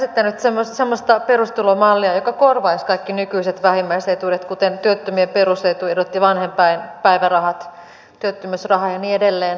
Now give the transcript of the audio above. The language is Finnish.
tosiaankin vihreät ovat esittäneet semmoista perustulomallia joka korvaisi kaikki nykyiset vähimmäisetuudet kuten työttömien perusetuudet ja vanhempainpäivärahat työttömyysrahan ja niin edelleen